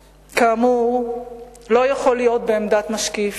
כאמור, לא יכול להיות בעמדת משקיף,